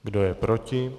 Kdo je proti?